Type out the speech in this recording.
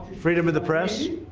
freedom of the press